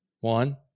one